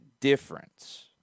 difference